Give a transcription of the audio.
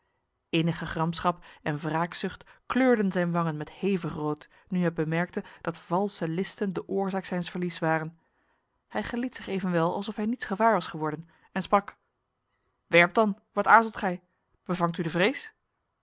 innige gramschap en wraakzucht kleurden zijn wangen met hevig rood nu hij bemerkte dat valse listen de oorzaak zijns verlies waren hij geliet zich evenwel alsof hij niets gewaar was geworden en sprak werp dan wat aarzelt gij bevangt u de vrees